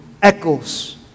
Echoes